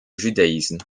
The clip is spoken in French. judaïsme